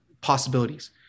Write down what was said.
possibilities